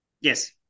Yes